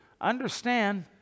Understand